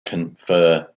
confer